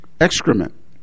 excrement